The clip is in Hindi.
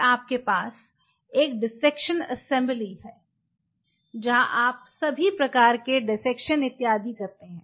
फिर आपके पास एक डिसेक्शन असेंबली है जहां आप सभी प्रकार के डिसेक्शन इत्यादि करते हैं